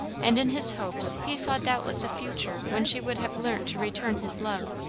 and in his hopes he saw doubtless a future when she would have learnt to return his love.